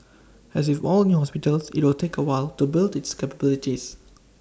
as with all new hospitals IT will take A while to build its capabilities